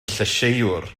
llysieuwr